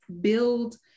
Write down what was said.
build